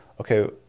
okay